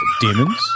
demons